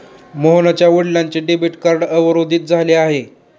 मोहनच्या वडिलांचे debit card अवरोधित झाले आहे